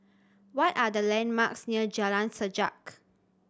what are the landmarks near Jalan Sajak